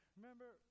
Remember